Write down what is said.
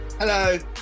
hello